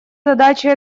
задача